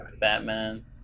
Batman